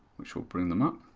which will bring them up,